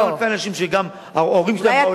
אותם אלפי אנשים שגם ההורים שלהם באו,